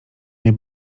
nie